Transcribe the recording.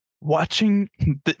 Watching